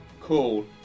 Cool